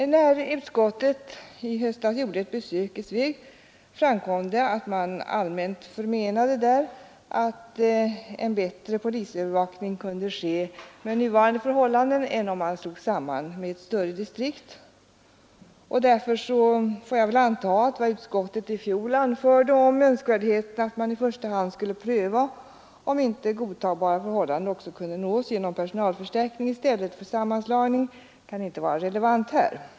När utskottet i höstas gjorde ett besök i Sveg, förmenade man där allmänt att en bättre polisövervakning kunde ske med nuvarande förhållande än om man slog samman Sveg med ett större distrikt. Därför får jag väl anta att vad utskottet i fjol anförde om nödvändigheten av att i första hand pröva om inte godtagbara förhållanden kunde nås genom personalförstärkning i stället för sammanslagning inte kan vara relevant här.